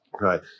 Right